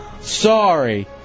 Sorry